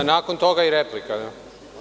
A nakon toga i replika.